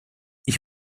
ich